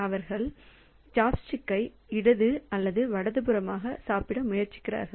அவர்கள் சாப்ஸ்டிக்கை இடது அல்லது வலதுபுறமாக சாப்பிட முயற்சிக்கிறார்கள்